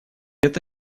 это